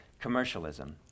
commercialism